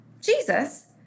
Jesus